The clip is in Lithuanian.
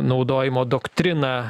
naudojimo doktriną